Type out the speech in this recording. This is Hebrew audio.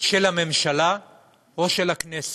של הממשלה או של הכנסת,